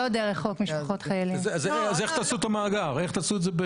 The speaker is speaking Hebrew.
זה לא בהכרח חייב להיות דרך הצעת חוק כזאת חדשה.